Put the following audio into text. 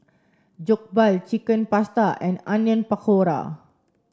Jokbal Chicken Pasta and Onion Pakora